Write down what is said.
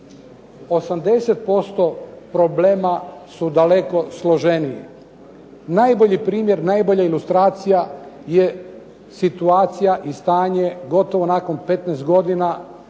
80% problema su daleko složeniji. Najbolji primjer, najbolja ilustracija je situacija i stanje gotovo nakon 15 godina